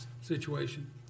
situation